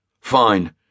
Fine